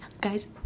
guys